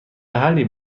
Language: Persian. حلی